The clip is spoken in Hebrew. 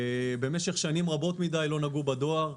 במשך שנים רבות מידי לא נגעו בדואר,